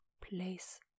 place